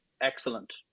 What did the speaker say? excellent